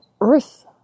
earth